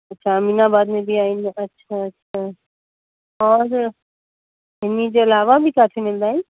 अच्छा अमीनाबाद में जीअं ईंदा अच्छा अच्छा और इन जे अलावा बि काथे मिलंदा आहिनि